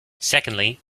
secondly